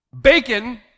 bacon